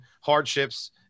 hardships